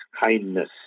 kindness